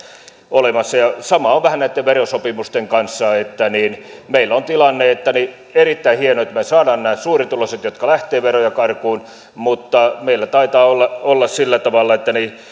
ollenkaan niin mustavalkoinen sama on vähän näitten verosopimusten kanssa meillä on tilanne että on erittäin hienoa että me saamme nämä suurituloiset jotka lähtevät veroja karkuun mutta meillä taitaa olla olla sillä tavalla että